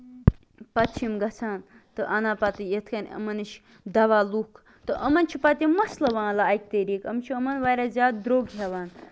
پَتہٕ چھِ یِم گژھان تہٕ اَنان یِمن یہِ یِمن نِش دوا لُکھ تہٕ یِمَن چھِ پَتہٕ یِم مٕسلہٕ والان اَکہِ طریٖقُک یِم چھِ یِِمن واریاہ زیادٕ دروٚگ ہٮ۪وان